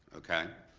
okay,